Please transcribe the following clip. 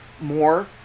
more